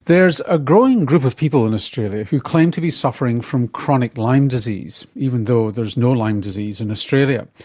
ah growing group of people in australia who claim to be suffering from chronic lyme disease, even though there is no lyme disease in australia.